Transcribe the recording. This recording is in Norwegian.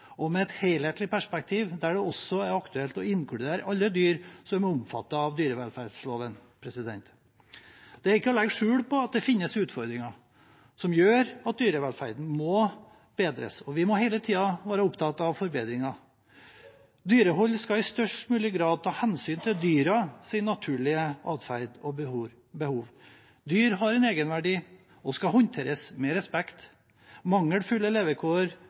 med et helhetlig perspektiv, der det også er aktuelt å inkludere alle dyr som er omfattet av dyrevelferdsloven. Det er ikke til å legge skjul på at det finnes utfordringer som gjør at dyrevelferden må bedres. Vi må hele tiden være opptatt av forbedringer. Dyrehold skal i størst mulig grad ta hensyn til dyrenes naturlige atferd og deres behov. Dyr har egenverdi og skal håndteres med respekt. Mangelfulle levekår